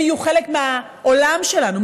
הם יהיו חלק מהעולם שלנו,